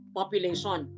population